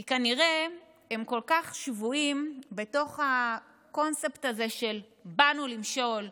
כי כנראה הם כל כך שבויים בתוך הקונספט הזה של "באנו למשול",